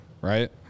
Right